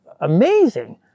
amazing